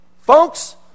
Folks